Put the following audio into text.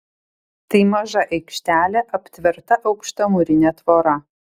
tai maža aikštelė aptverta aukšta mūrine tvora